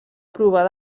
provar